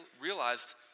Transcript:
realized